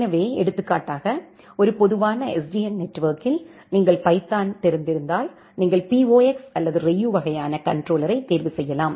எனவே எடுத்துக்காட்டாக ஒரு பொதுவான SDN நெட்வொர்க்கில் நீங்கள் பைத்தான் தெரிந்திருந்தால் நீங்கள் POX அல்லது Ryu வகையான கண்ட்ரோலர்ரையைத் தேர்வு செய்யலாம்